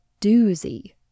doozy